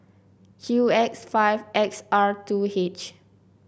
Q X five X R two H